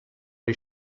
les